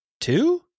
two